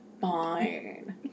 fine